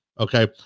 Okay